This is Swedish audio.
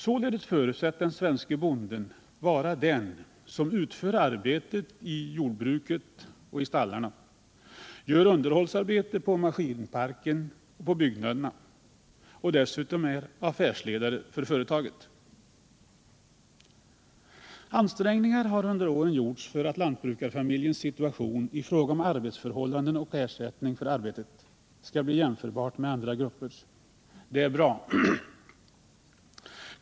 Således förutsätts den svenske bonden vara den som utför arbetet i jordbruket och i stallarna, gör underhållsarbetet på maskinparken och på byggnaderna och dessutom är affärsledare för företagen. Ansträngningar har under årens lopp gjorts för att lantbrukarfamiljens situation i fråga om arbetsförhållanden och ersättning för arbetet skall bli jämförbar med andra gruppers. Det är bra.